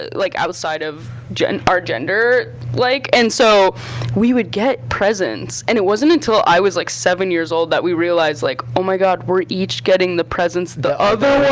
ah like outside of our gender like, and so we would get presents, and it wasn't until i was like seven years old that we realized like oh my god, we're each getting the presents the other